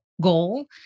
goal